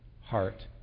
heart